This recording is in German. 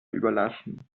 überlassen